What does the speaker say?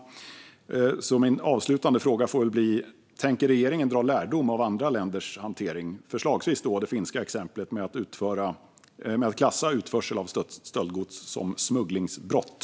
Min avslutande fråga blir därför: Tänker regeringen dra lärdom av andra länders hantering, förslagsvis det finska exemplet, med att klassa utförsel av stöldgods som smugglingsbrott?